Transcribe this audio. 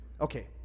Okay